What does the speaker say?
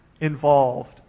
involved